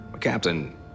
captain